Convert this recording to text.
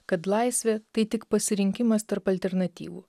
kad laisvė tai tik pasirinkimas tarp alternatyvų